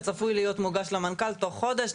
וצפוי להיות מוגש למנכ"ל תוך חודש.